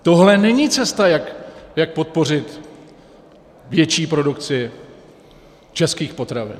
Tohle není cesta, jak podpořit větší produkci českých potravin.